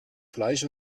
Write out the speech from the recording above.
fleisch